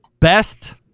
best